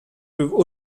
peuvent